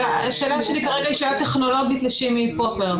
אבל השאלה שלי היא שאלה טכנולוגית פרופר.